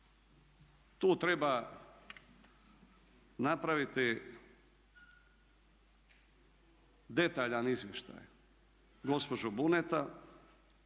tu treba napraviti detaljan izvještaj. Gospođo Buneta,